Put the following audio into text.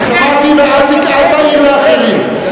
שמעתי, ואל תגיב לאחרים.